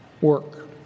work